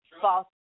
false